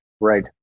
right